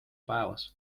päevas